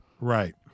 Right